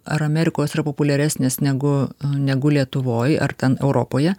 ar amerikoj jos yra populiaresnės negu negu lietuvoj ar ten europoje